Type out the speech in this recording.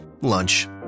Lunch